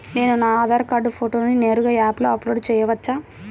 నేను నా ఆధార్ కార్డ్ ఫోటోను నేరుగా యాప్లో అప్లోడ్ చేయవచ్చా?